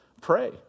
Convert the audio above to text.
pray